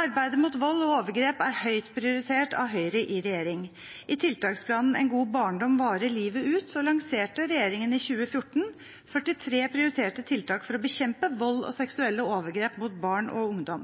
Arbeidet mot vold og overgrep er høyt prioritert av Høyre i regjering. I tiltaksplanen «En god barndom varer livet ut» lanserte regjeringen i 2014 43 prioriterte tiltak for å bekjempe vold og seksuelle overgrep mot barn og ungdom.